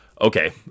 okay